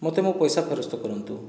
ମୋତେ ମୋ ପଇସା ଫେରସ୍ତ କରନ୍ତୁ